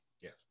yes